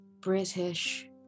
British